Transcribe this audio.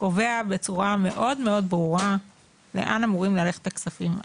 קובע בצורה מאוד מאוד ברורה לאן אמורים ללכת הכספים האלה.